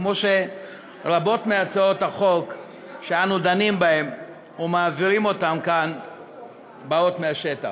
כמו שרבות מהצעות החוק שאנו דנים בהן ומעבירים אותן כאן באות מהשטח.